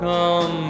Come